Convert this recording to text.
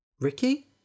Ricky